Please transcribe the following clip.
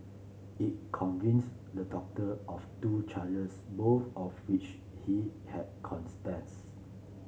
it convicts the doctor of two charges both of which he had